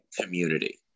community